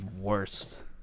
worst